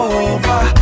over